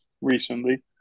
recently